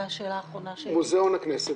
מוזיאון הכנסת.